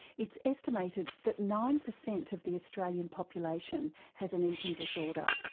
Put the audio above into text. it's estimated that nine percent of the australian population has an eating disorder,